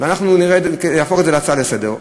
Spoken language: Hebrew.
ואנחנו נהפוך את זה להצעה לסדר-היום,